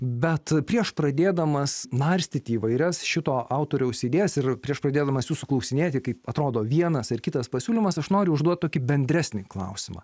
bet prieš pradėdamas narstyt įvairias šito autoriaus idėjas ir prieš pradėdamas jūsų klausinėti kaip atrodo vienas ar kitas pasiūlymas aš noriu užduot tokį bendresnį klausimą